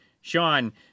Sean